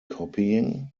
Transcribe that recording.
copying